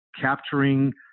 capturing